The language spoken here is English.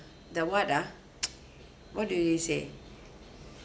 the what ah what do you say